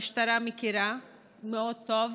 שהמשטרה מכירה טוב מאוד.